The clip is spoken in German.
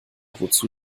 wozu